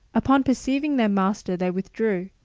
upon perceiving their master they withdrew,